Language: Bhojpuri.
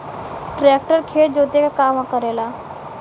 ट्रेक्टर खेत जोते क काम करेला